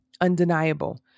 undeniable